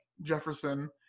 Jefferson